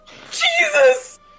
Jesus